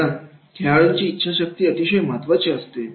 कारण खेळाडूंची इच्छाशक्ती अतिशय महत्त्वाची असते